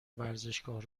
ورزشگاه